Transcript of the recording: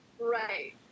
right